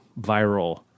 viral